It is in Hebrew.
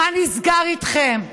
מה נסגר איתכם?